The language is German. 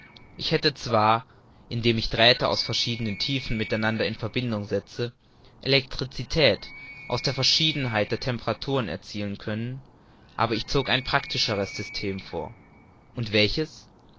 ich hätte zwar indem ich drähte aus verschiedenen tiefen mit einander in verbindung setzte elektricität aus der verschiedenheit der temperaturen erzielen können aber ich zog ein praktischeres system vor und welches